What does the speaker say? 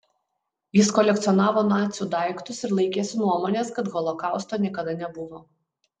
jis kolekcionavo nacių daiktus ir laikėsi nuomonės kad holokausto niekada nebuvo